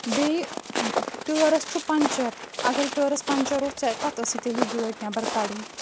بیٚیہِ ٹٲرَس چھُ پَنچَر اگر ٹٲرٕس پَنچَر اوس ژےٚ کَتھ ٲسٕے تیٚلہِ یہِ گٲڑۍ نٮ۪بَر کَڑٕنۍ